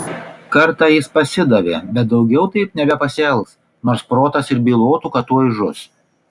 kartą jis pasidavė bet daugiau taip nebepasielgs nors protas ir bylotų kad tuoj žus